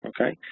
okay